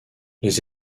les